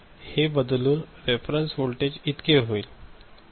हे बदलून reference voltage इतके होईल